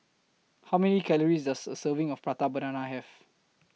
How Many Calories Does A Serving of Prata Banana Have